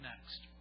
next